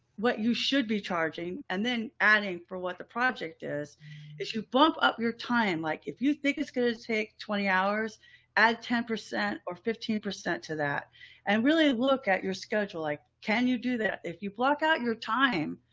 what you should be charging and then adding for what the project is as you bump up your time. like if you think it's going to take twenty hours at ten percent or fifteen percent to that and really look at your schedule like, can you do that? if you block out your time.